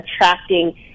attracting